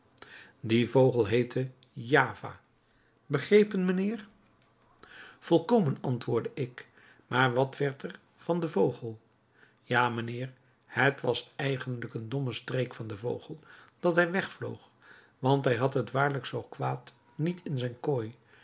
die vogel heette java begrepen mijnheer volkomen antwoordde ik maar wat werd er van den vogel ja mijnheer het was eigenlijk een domme streek van den vogel dat hij wegvloog want hij had het waarlijk zoo kwaad niet in zijn kooi